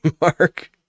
mark